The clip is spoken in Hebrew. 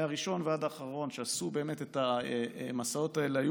מהראשון ועד האחרון שעשו את המסעות האלה היו